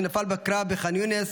שנפל בקרב בחאן יונס